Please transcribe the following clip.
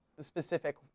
specific